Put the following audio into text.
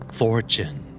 fortune